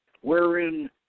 wherein